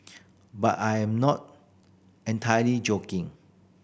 but I am not entirely joking